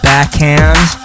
Backhand